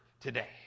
today